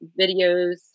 videos